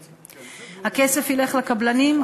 3. הכסף ילך לקבלנים,